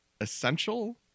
essential